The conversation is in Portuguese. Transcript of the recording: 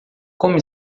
como